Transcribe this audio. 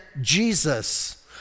Jesus